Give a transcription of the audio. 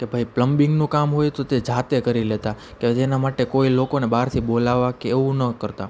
કે ભઈ પ્લેમ્બિંગનું કામ હોય તો તે જાતે કરી લેતાં કે જેનાં માટે કોઈ લોકોને બહારથી બોલાવવાં કે એવું ન કરતાં